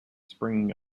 springing